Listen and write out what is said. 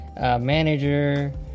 manager